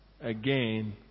again